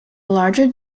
larger